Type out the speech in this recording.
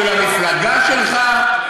של המפלגה שלך?